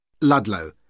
Ludlow